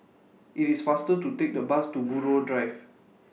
IT IS faster to Take The Bus to Buroh Drive